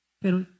Pero